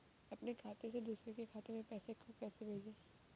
अपने खाते से दूसरे के खाते में पैसे को कैसे भेजे?